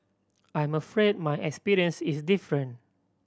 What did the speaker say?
I'm afraid my experience is different